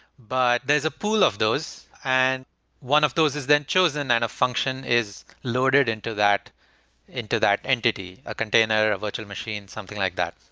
but there's a pool of those and one of those is then chosen and a function is loaded into that into that entity, a container, a virtual machine, something like that.